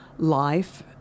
life